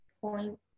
point